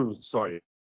Sorry